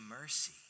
mercy